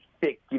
thick